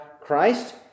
Christ